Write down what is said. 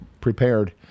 prepared